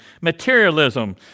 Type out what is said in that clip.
materialism